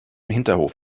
hinterhof